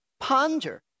ponder